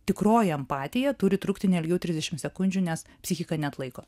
tikroji empatija turi trukti ne ilgiau trisdešimt sekundžių nes psichika neatlaiko